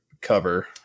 cover